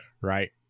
right